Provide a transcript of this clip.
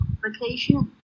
vacation